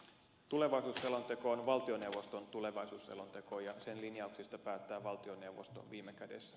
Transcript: tulevaisuusselonteko on valtioneuvoston tulevaisuusselonteko ja sen linjauksista päättää valtioneuvosto viime kädessä